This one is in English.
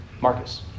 Marcus